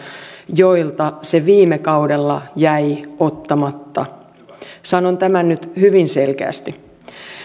joilta se viime kaudella jäi ottamatta sanon tämän nyt hyvin selkeästi